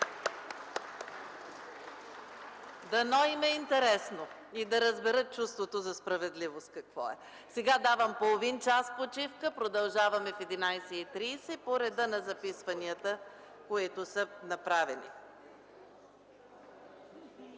Дано им е интересно и да разберат какво е чувството за справедливост! Давам половин час почивка. Продължаваме в 11,30 ч. по реда на записванията, които са направени.